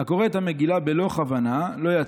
"הקורא את המגילה בלא כוונה, לא יצא.